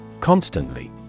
Constantly